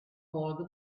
call